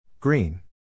Green